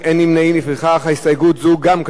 לפיכך, הסתייגות זו גם כן לא התקבלה.